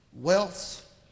wealth